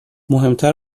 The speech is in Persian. مهمتر